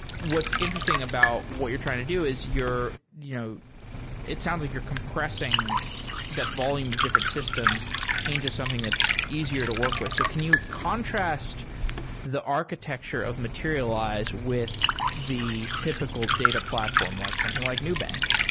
what's interesting about what you're trying to do is you know it sounds like you're compressing that volume with different systems into something that's easier to work with. so can you contrast the architecture of materialize with the typical data platform, like something like nubank?